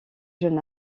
jeune